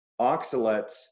oxalates